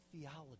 theology